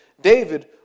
David